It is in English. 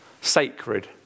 sacred